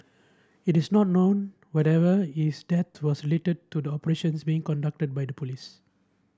it is not known whatever is death was lated to the operations being conducted by the police